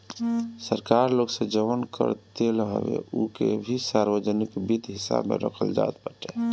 सरकार लोग से जवन कर लेत हवे उ के भी सार्वजनिक वित्त हिसाब में रखल जात बाटे